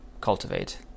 cultivate